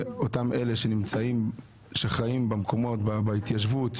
אותם אלה שחיים בהתיישבות,